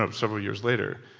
um several years later,